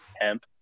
hemp